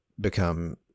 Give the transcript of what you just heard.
become